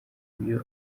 byo